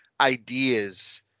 ideas